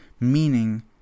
meaning